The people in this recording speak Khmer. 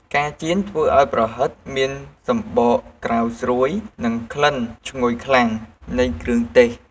ការចៀនធ្វើឱ្យប្រហិតមានសំបកក្រៅស្រួយ និងក្លិនឈ្ងុយខ្លាំងនៃគ្រឿងទេស។